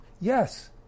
Yes